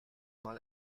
mal